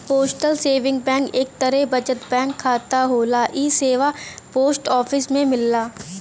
postal saving bank एक तरे बचत बैंक खाता होला इ सेवा पोस्ट ऑफिस में मिलला